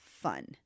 fun